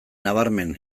nabarmen